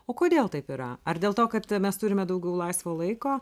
o kodėl taip yra ar dėl to kad mes turime daugiau laisvo laiko